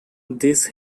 this